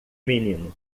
menino